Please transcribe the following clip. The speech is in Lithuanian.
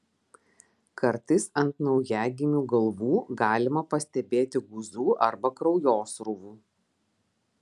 kartais ant naujagimių galvų galima pastebėti guzų arba kraujosruvų